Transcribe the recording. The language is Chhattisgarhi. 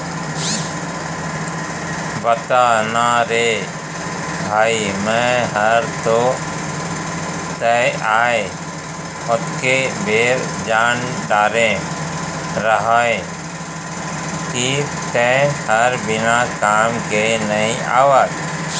बता ना रे भई मैं हर तो तैं आय ओतके बेर जान डारे रहेव कि तैं हर बिना काम के नइ आवस